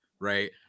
right